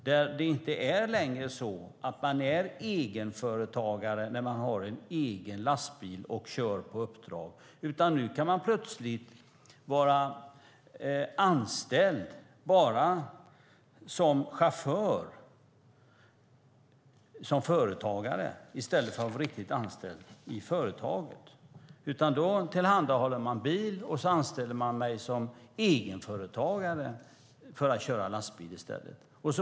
Där är det inte längre så att man är egenföretagare när man har en egen lastbil och kör på uppdrag, utan nu kan man plötsligt vara anställd enbart som chaufför, som företagare, i stället för att vara riktigt anställd i företaget. Då tillhandahåller jag bil, och så anställer företaget mig i stället som egenföretagare för att köra lastbil.